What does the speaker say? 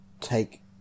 take